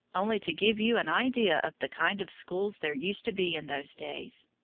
only to give you an idea of the kind of schools there used to be in those days.